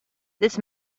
this